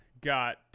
got